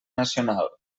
nacional